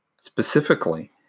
specifically